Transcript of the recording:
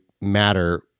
matter